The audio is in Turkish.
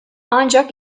ancak